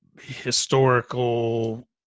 historical